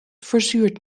verzuurt